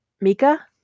Mika